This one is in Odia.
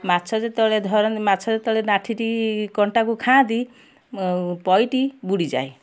ମାଛ ଯେତେବେଳେ ଧରନ୍ତି ମାଛ ଯେତେବେଳେ ନାଠିଟି କଣ୍ଟାକୁ ଖାଆନ୍ତି ପଇଟି ବୁଡ଼ିଯାଏ